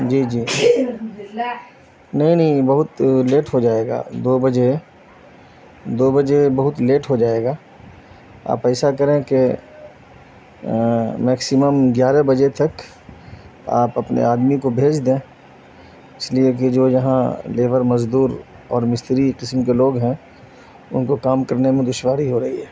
جی جی نہیں نہیں بہت لیٹ ہو جائے گا دو بجے دو بجے بہت لیٹ ہو جائے گا آپ ایسا کریں کہ میکسیمم گیارہ بجے تک آپ اپنے آدمی کو بھیج دیں اس لیے کہ جو یہاں لیبر مزدور اور مستری قسم کے لوگ ہیں ان کو کام کرنے میں دشواری ہو رہی ہے